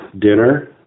dinner